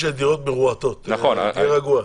יש דירות מרוהטות, תהיה רגוע.